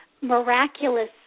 Miraculous